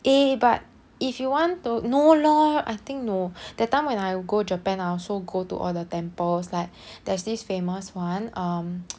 eh but if you want to no lor I think no that time when I go japan I also go to all the temples like there's this famous one um